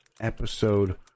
episode